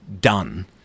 done